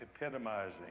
epitomizing